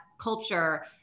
culture